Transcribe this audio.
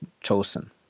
chosen